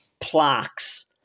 plaques